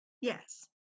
yes